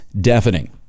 deafening